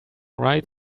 right